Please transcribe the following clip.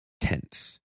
tense